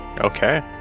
Okay